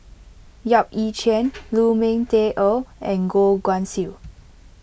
Yap Ee Chian Lu Ming Teh Earl and Goh Guan Siew